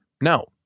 No